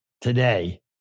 today